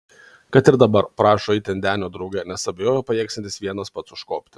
kad ir dabar prašo eiti ant denio drauge nes abejoja pajėgsiantis vienas pats užkopti